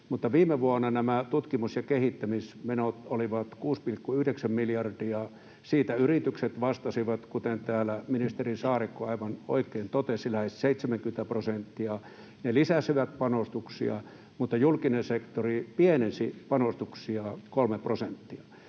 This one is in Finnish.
mutta viime vuonna nämä tutkimus- ja kehittämismenot olivat 6,9 miljardia, ja siitä yritykset vastasivat, kuten täällä ministeri Saarikko aivan oikein totesi, lähes 70 prosentista. Ne lisäsivät panostuksia, mutta julkinen sektori pienensi panostuksiaan 3 prosenttia.